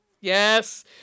yes